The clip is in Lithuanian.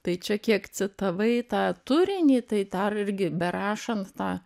tai čia kiek citavai tą turinį tai dar irgi berašant tą